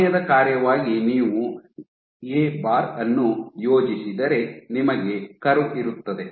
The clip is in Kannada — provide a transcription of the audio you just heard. ಸಮಯದ ಕಾರ್ಯವಾಗಿ ನೀವು ಎ ಬಾರ್ ಅನ್ನು ಯೋಜಿಸಿದರೆ ನಿಮಗೆ ಕರ್ವ್ ಇರುತ್ತದೆ